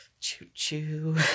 choo-choo